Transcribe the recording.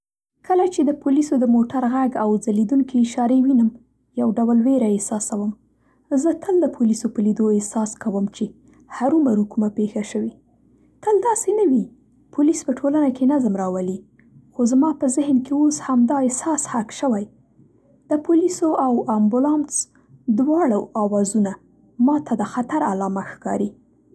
کله چې د پولیسو د موټر غږ او ځلېدونکې اشارې وینم یو ډول وېره احساسوم. زه تل د پولیسو په لیدو احساس کوم چې هرو مرو کومه پېښه شوې. تل داسې نه وي. پولیس په ټولنه کې نظم را ولي خو زما په ذهن کې اوس همدا احساس حک شوی. د پولیسو او امبولانس دواړو آوازونه ماته د خطر علامه ښکاري.